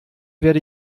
werde